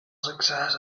success